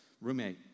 roommate